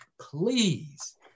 please